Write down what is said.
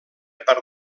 per